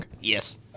Yes